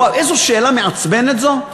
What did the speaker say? איזו שאלה מעצבנת זו,